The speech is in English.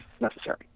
necessary